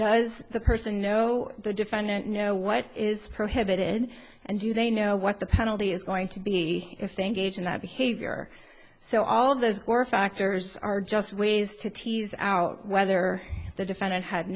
does the person know the defendant know what is prohibited and do they know what the penalty is going to be if they gauge in that behavior so all those factors are just ways to tease out whether the defendant had